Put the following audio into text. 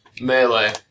melee